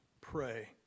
pray